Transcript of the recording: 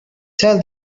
tell